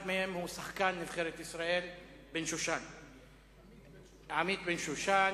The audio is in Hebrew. אחד מהם הוא שחקן נבחרת ישראל, עמית בן-שושן,